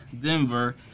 Denver